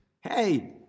Hey